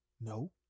No